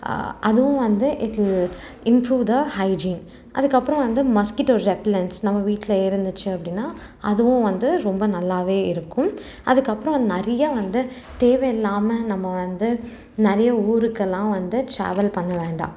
அதுவும் வந்து it will improve the hygiene அதுக்கப்பறம் வந்து மஸ்கிட்டோ ரெப்பளண்ட்ஸ் நம்ம வீட்டில் இருந்துச்சு அப்படின்னா அதுவும் வந்து ரொம்ப நல்லா இருக்கும் அதுக்கப்பறம் நிறையா வந்து தேவை இல்லாமல் நம்ம வந்து நிறைய ஊருக்கெல்லாம் வந்து டிராவல் பண்ண வேண்டாம்